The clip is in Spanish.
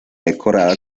decorada